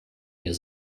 mir